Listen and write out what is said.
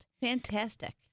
Fantastic